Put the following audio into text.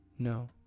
No